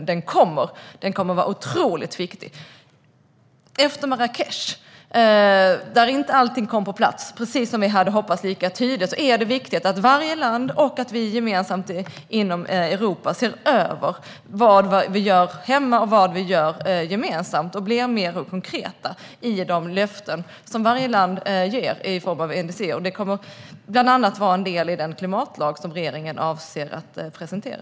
Den kommer att vara otroligt viktig. Efter Marrakech, där allt inte kom på plats så tydligt som vi hade hoppats, är det viktigt att varje land och vi gemensamt inom Europa ser över vad vi gör hemma och vad vi gör gemensamt och blir mer konkreta i de löften som varje land ger i form av INDC. Det kommer att vara en del i den klimatlag som regeringen avser att presentera.